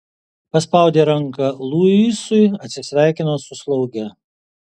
paspaudė ranką luisui atsisveikino su slauge